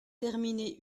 terminé